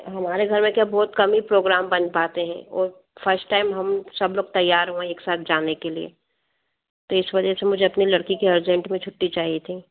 हमारे घर में क्या बहुत कम ही प्रोग्राम बन पाते हैं और फ़श्ट टाइम हम सब लोग तैयार हुए हैं एक साथ जाने के लिए तो इस वजह से मुझे अपनी लड़की की अर्जेंट में छुट्टी चाहिए थी